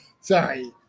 Sorry